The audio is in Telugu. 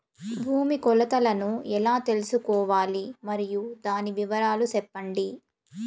భూమి కొలతలను ఎలా తెల్సుకోవాలి? మరియు దాని వివరాలు సెప్పండి?